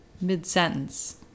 mid-sentence